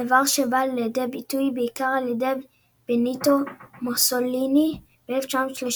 דבר שבא לידי ביטוי בעיקר על ידי בניטו מוסוליני ב-1934,